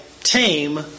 tame